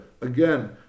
again